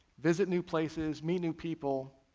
visit new places, meet new people,